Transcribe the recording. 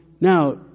now